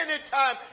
anytime